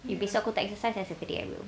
eh besok aku tak exercise